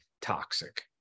toxic